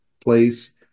place